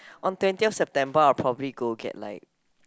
on twentieth September I'll probably go get like